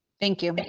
thank you me.